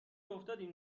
افتادیم